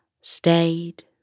stayed